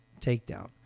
takedown